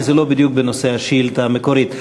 כי זה לא בדיוק בנושא השאילתה המקורית.